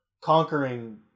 conquering